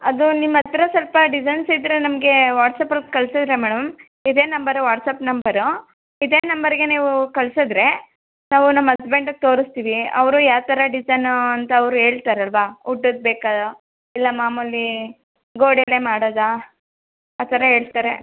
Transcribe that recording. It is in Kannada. ಅದು ನಿಮ್ಮ ಹತ್ರ ಸ್ವಲ್ಪ ಡಿಸೈನ್ಸ್ ಇದ್ರೆ ನಮಗೆ ವಾಟ್ಸ್ಪಲ್ಲಿ ಕಳ್ಸಿದ್ರೆ ಮೇಡಮ್ ಇದೇ ನಂಬರ್ ವಾಟ್ಸಪ್ ನಂಬರು ಇದೆ ನಂಬರಿಗೆ ನೀವು ಕಳ್ಸಿದ್ರೆ ನಾವು ನಮ್ಮ ಹಸ್ಬೆಂಡಿಗೆ ತೋರಿಸ್ತೀವಿ ಅವರು ಯಾವ ಥರ ಡಿಸೈನು ಅಂತ ಅವ್ರು ಹೇಳ್ತಾರೆಲ್ವ ವುಡದ್ದು ಬೇಕಾ ಇಲ್ಲ ಮಾಮೂಲಿ ಗೋಡೆಲ್ಲೇ ಮಾಡೋದೇ ಆ ಥರ ಹೇಳ್ತಾರೆ